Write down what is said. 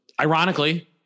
ironically